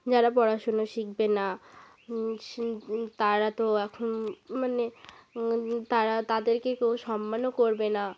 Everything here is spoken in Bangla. যারা পড়াশুনো শিখবে না তারা তো এখন মানে তারা তাদেরকে কেউ সম্মানও করবে না